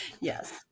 yes